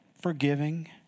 forgiving